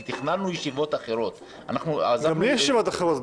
כי תכננו ישיבות אחרות --- גם לי יש ישיבות אחרות,